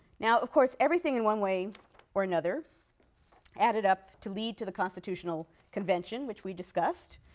now of course everything in one way or another added up to lead to the constitutional convention, which we discussed.